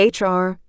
HR